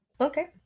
Okay